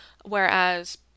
Whereas